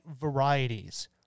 varieties